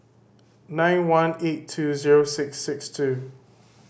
nine one eight two zero six six two